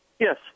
Yes